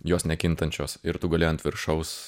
jos nekintančios ir tu gali ant viršaus